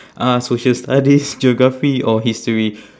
uh social studies geography or history